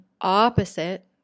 opposite